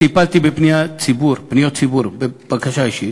טיפלתי בפניות ציבור בבקשה אישית.